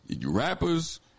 rappers